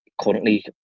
Currently